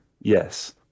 Yes